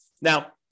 Now